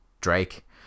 Drake